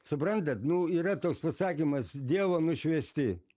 suprantat nu yra toks pasakymas dievo nušviesti